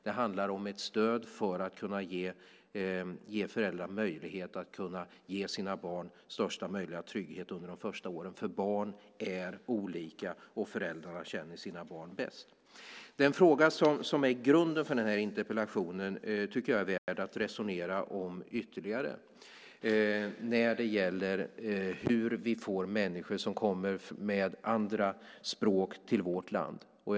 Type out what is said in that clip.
Det handlar om ett stöd för att kunna ge föräldrar möjlighet att ge sina barn största möjliga trygghet under de första åren. Barn är olika och föräldrarna känner sina barn bäst. Den fråga som är grunden för den här interpellationen tycker jag är värd att resonera ytterligare om. Det gäller hur vi får människor med andra språk i vårt land att lära sig svenska.